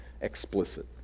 explicit